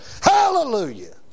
hallelujah